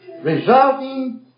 resulting